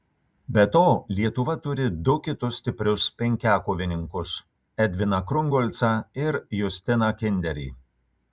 be to lietuva turi du kitus stiprius penkiakovininkus edviną krungolcą ir justiną kinderį